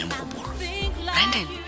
Brandon